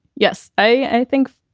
yes. i think,